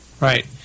Right